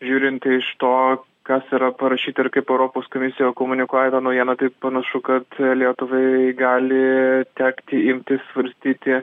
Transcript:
žiūrint iš to kas yra parašyta ir kaip europos komisija komunikuoja tą naujieną tai panašu kad lietuvai gali tekti imti svarstyti